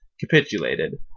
capitulated